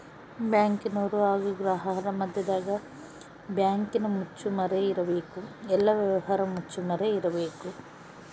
ಬ್ಯಾಂಕಿನರು ಹಾಗು ಗ್ರಾಹಕರ ಮದ್ಯದಗ ಬ್ಯಾಂಕಿನ ಮುಚ್ಚುಮರೆ ಇರಬೇಕು, ಎಲ್ಲ ವ್ಯವಹಾರ ಮುಚ್ಚುಮರೆ ಇರಬೇಕು